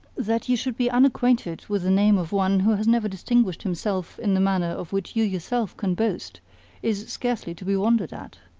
that you should be unacquainted with the name of one who has never distinguished himself in the manner of which you yourself can boast is scarcely to be wondered at.